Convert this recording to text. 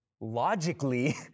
logically